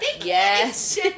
Yes